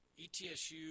ETSU –